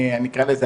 אני אקרא לזה,